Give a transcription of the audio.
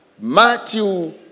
Matthew